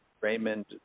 Raymond